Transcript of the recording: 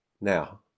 Now